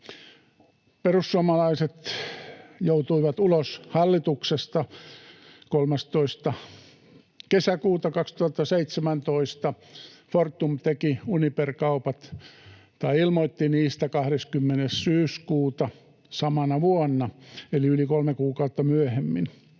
Perussuomalaiset joutuivat ulos hallituksesta 13. kesäkuuta 2017. Fortum teki Uniper-kaupat, tai ilmoitti niistä, 20. syyskuuta samana vuonna, eli yli kolme kuukautta myöhemmin.